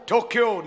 Tokyo